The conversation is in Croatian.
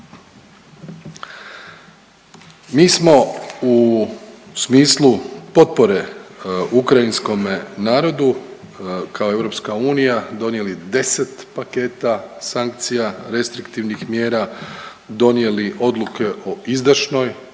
Mi smo u smislu potpore ukrajinskome narodu kao EU donijeli 10 paketa sankcija restriktivnih mjera, donijeli odluke o izdašnoj